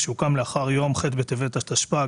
ושהוקם לאחר יום ח' בטבת התשפ"ג,